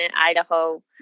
Idaho